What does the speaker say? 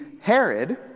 Herod